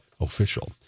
official